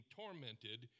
tormented